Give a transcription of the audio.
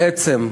בעצם,